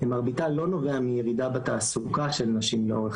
מרביתה לא נובע מירידה בתעסוקה של נשים לאורך